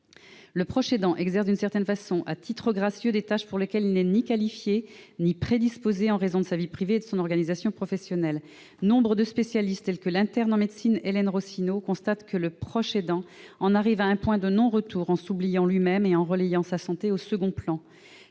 Le proche aidant exerce, d'une certaine façon, et à titre gracieux, des tâches pour lesquelles il n'est ni qualifié ni prédisposé en raison de sa vie privée et de son organisation professionnelle. Nombre de spécialistes, tels que l'interne en médecine Hélène Rossinot, constatent que le proche aidant atteint souvent un point de non-retour, en s'oubliant lui-même et en reléguant sa santé au second plan.